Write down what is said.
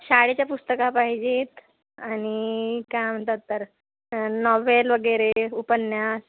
शाळेची पुस्तकं पाहिजेत आणि काय म्हणतात तर नॉवेल वगैरे उपन्यास